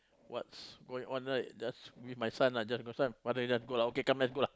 what's going on right just with my son lah so i say son just go lah okay come let's go lah